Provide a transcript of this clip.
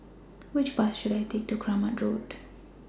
Which Bus should I Take to Kramat Road